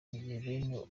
gihe